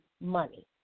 money